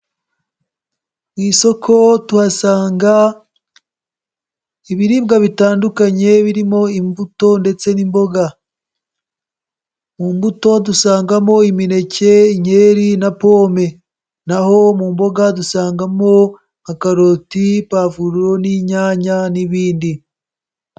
Ku isoko tuhasanga ibiribwa bitandukanye birimo imbuto ndetse n'imboga. Mu mbuto dusangamo: imineke, inkeri na pome n'aho mu mboga dusangamo: karoti, pavuro n'inyanya n'ibindi.